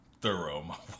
Thorough